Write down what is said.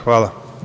Hvala.